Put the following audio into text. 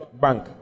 Bank